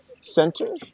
center